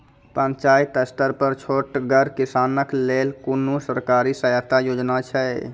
पंचायत स्तर पर छोटगर किसानक लेल कुनू सरकारी सहायता योजना छै?